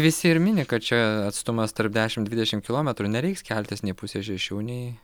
visi ir mini kad čia atstumas tarp dešim dvidešim kilometrų nereiks keltis nei pusę šešių nei